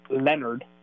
Leonard